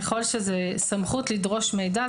ככל שזו סמכות לדרוש מידע,